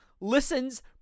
listens